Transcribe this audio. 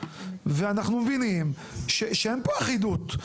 ואנחנו מבינים שאין פה אחידות.